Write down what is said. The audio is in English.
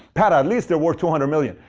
pat, at least they're worth two hundred million